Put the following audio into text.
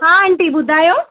हा आंटी ॿुधायो